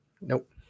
Nope